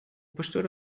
pastor